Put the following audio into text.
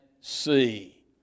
see